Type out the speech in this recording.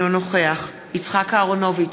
אינו נוכח יצחק אהרונוביץ,